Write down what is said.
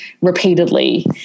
repeatedly